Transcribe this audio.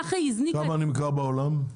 כמה נמכר בעולם?